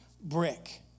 brick